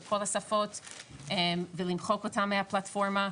בכל השפות ולמחוק אותם מהפלטפורמה.